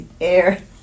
Air